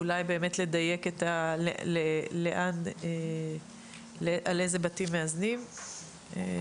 אולי באמת לדייק לאן, על אילו בתים מאזנים ולאן.